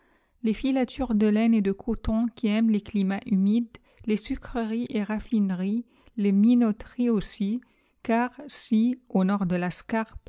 les filatures de laine et de coton qui aiment les climats humides les sucreries et raffineries les minoteries aussi car si au nord de